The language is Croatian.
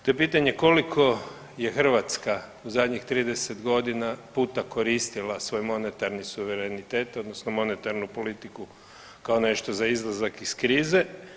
To je pitanje, koliko je Hrvatska u zadnjih 30 godina puta koristila svoj monetarni suverenitet odnosno monetarnu politiku kao nešto za izlazak iz krize?